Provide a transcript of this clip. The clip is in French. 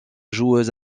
joueuse